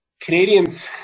Canadians